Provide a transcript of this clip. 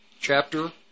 chapter